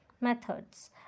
methods